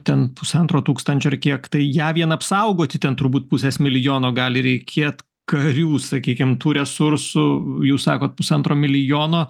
ten pusantro tūkstančio ar kiek tai ją vien apsaugoti ten turbūt pusės milijono gali reikėt karių sakykim tų resursų jūs sakot pusantro milijono